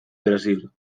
brasil